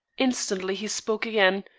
instantly he spoke again,